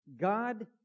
God